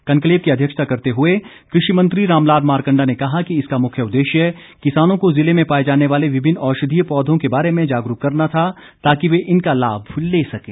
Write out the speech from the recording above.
conclave की अध्यक्षता करते हुए कृषि मंत्री रामलाल मारकंडा ने कहा कि इसका मुख्य उदेश्य किसानों को ज़िले में पाए जाने वाले विभिन्न औषधीय पौधों के बारे में जागरूक करना था ताकि वे इनका लाभ ले सकें